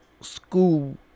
school